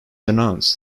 announced